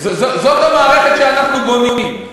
זאת המערכת שאנחנו בונים.